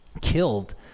killed